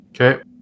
Okay